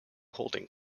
holding